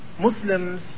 Muslims